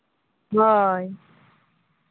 ᱦᱳᱭ